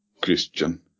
Christian